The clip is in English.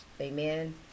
amen